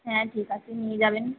হ্যাঁ ঠিক আছে নিয়ে যাবেন